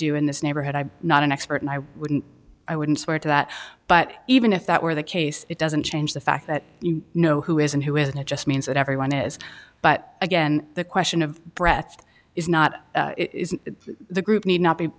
do in this neighborhood i'm not an expert and i wouldn't i wouldn't swear to that but even if that were the case it doesn't change the fact that you know who is and who isn't it just means that everyone is but again the question of breath is not the group need not be